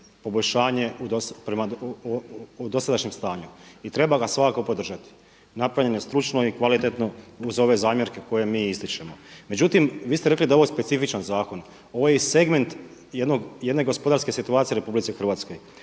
poboljšanje prema dosadašnjem stanju i treba ga svakako podržati. Napravljen je stručno i kvalitetno uz ove zamjerke koje mi ističemo. Međutim, vi ste rekli da je ovo specifičan zakon. Ovo je i segment jedne gospodarske situacije u Republici Hrvatskoj.